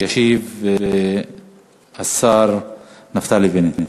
ישיב השר נפתלי בנט.